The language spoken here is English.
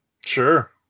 Sure